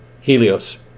Helios